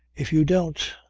if you don't,